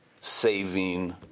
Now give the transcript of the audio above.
saving